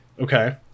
Okay